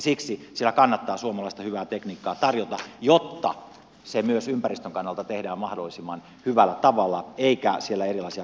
siksi siellä kannattaa suomalaista hyvää tekniikkaa tarjota että se myös ympäristön kannalta tehdään mahdollisimman hyvällä tavalla eikä siellä erilaisia kokeiluja tehdä